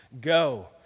go